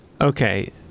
okay